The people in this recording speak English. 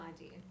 idea